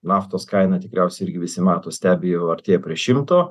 naftos kaina tikriausiai irgi visi mato stebi jau artėja prie šimto